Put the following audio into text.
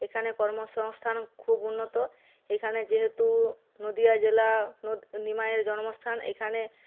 এখানে কর্মসংস্থান খুব উন্নত এখানে যেহেতু নদিয়া জেলা নিমাইয়ের জন্মস্থান এখানে